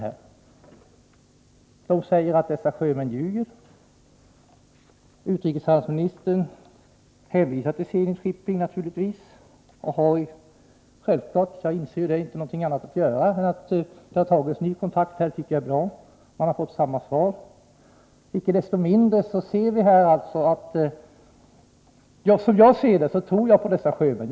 Det sägs att dessa sjömän ljuger. Utrikeshandelsministern hänvisar till Zenit Shipping naturligtvis och kan självfallet inte göra annat än att ta nya kontakter. Det tycker jag är bra. Jag tror på dessa sjömän.